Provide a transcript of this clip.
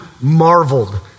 marveled